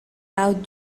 out